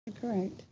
Correct